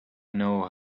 know